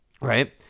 right